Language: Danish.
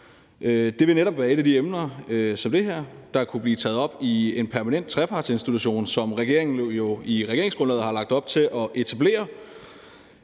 Det vil netop være et emne som det her, der ville kunne blive taget op i en permanent trepartsinstitution, som regeringen jo i regeringsgrundlaget har lagt op til at etablere.